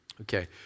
Okay